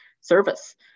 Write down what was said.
service